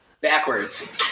backwards